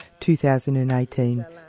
2018